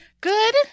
good